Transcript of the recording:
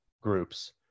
groups